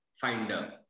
finder